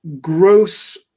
gross